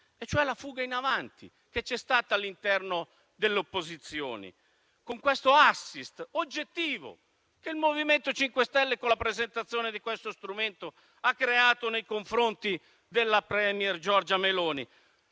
e cioè la fuga in avanti che c'è stata all'interno delle opposizioni, con questo *assist* oggettivo che il MoVimento 5 Stelle con la presentazione di questo strumento ha creato nei confronti della *premier* Giorgia Meloni.